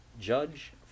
Judge